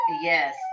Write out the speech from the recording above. Yes